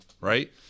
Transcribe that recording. Right